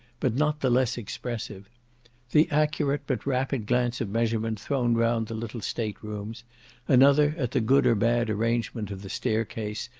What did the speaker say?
but not the less expressive the accurate, but rapid glance of measurement thrown round the little state-rooms another at the good or bad arrangement of the stair-case,